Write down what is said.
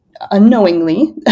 unknowingly